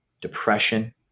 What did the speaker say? depression